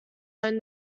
own